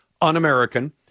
un-American